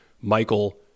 Michael